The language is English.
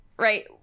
right